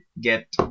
get